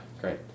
Great